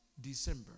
December